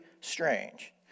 strange